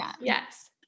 Yes